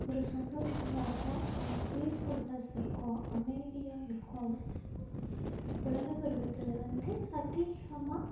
ஒரு சந்தோஷமாக இருக்கும் ஒரு பீஸ்ஃபுல்னஸ் இருக்கும் அமைதியாக இருக்கும் குழந்த பருவத்தில் வந்து அதிகமாக